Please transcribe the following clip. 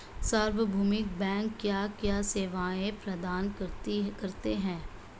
सार्वभौमिक बैंक क्या क्या सेवाएं प्रदान करते हैं?